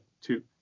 two